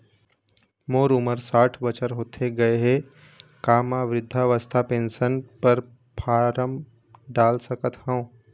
मोर उमर साठ बछर होथे गए हे का म वृद्धावस्था पेंशन पर फार्म डाल सकत हंव?